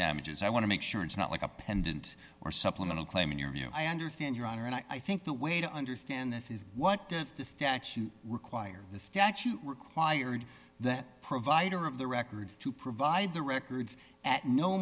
damages i want to make sure it's not like a pendant or supplemental claim in your view i understand your honor and i think the way to understand this is what does the statute require the statute required that provider of the records to provide the records at no